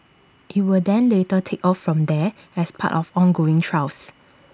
IT will then later take off from there as part of ongoing trials